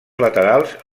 laterals